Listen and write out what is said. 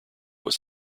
was